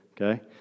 okay